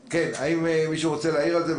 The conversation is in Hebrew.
האם מישהו רוצה להעיר על זה?